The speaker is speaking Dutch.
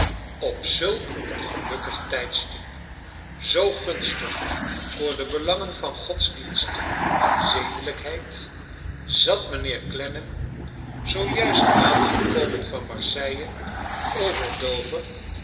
op zulk een gelukkig tijdstip zoo gunstig voor de belangen van godsdienst en zedelijkheid zat mijuheer clennam zoo juist aangekomen van marseille over dover